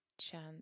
chance